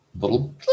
little